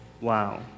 Wow